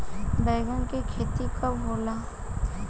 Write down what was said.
बैंगन के खेती कब होला?